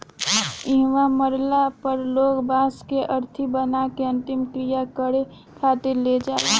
इहवा मरला पर लोग बांस के अरथी बना के अंतिम क्रिया करें खातिर ले जाले